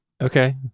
okay